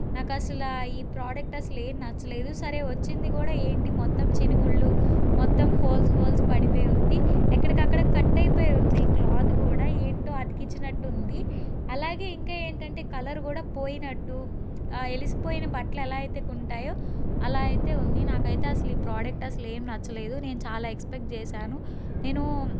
నాకు అసలు ఈ ప్రోడక్ట్ అసలు ఏమి నచ్చలేదు సరే వచ్చింది కూడా ఏంటి మొత్తం చినుగుళ్ళు మొత్తం హోల్స్ హోల్స్ పడిపోయి ఉంది ఎక్కడికి అక్కడ కట్ అయిపోయి ఉంది క్లాత్ కూడా ఏంటో అతికించినట్టు ఉంది అలాగే ఇంకా ఏంటంటే కలర్ కూడా పోయినట్టు వెలిసిపోయిన బట్టలు ఎలా అయితే ఉంటాయో అలా అయితే ఉంది నాకు అయితే అసలు ఈ ప్రోడక్ట్ అసలు ఏం నచ్చలేదు నేను చాలా ఎక్స్పెక్ట్ చేసాను నేను